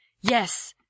yes